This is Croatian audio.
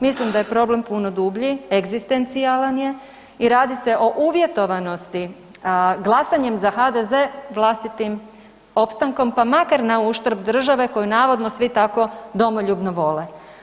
Mislim da je problem puno dublji, egzistencijalan je i radi se o uvjetovanosti glasanjem za HDZ vlastitim opstankom pa makar nauštrb države koju navodno svi tako domoljubno vole.